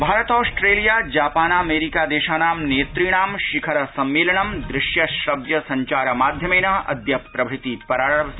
भारतॉस्ट्रेलिया जापानामेरिका देशानां नेतृणां शिखर सम्मेलनं दृश्य श्रव्य संचार माध्यमेन अद्यप्रभृति प्रारभते